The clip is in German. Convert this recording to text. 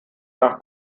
nach